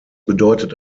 bedeutet